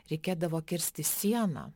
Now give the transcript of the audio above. reikėdavo kirsti sieną